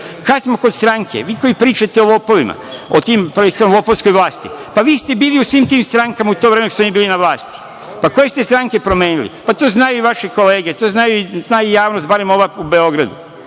smo kod stranke, vi koji pričate o lopovima, o toj lopovskoj vlasti, pa vi ste bili u svim tim strankama u to vreme dok su oni bili na vlasti. Koje ste stranke promenili, pa to znaju i vaše kolege, to zna i javnost barem ova u Beogradu,